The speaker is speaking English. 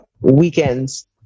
weekends